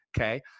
Okay